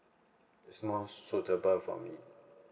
it's more suitable for me